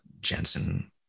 Jensen